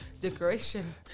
decoration